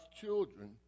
children